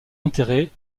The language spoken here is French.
enterré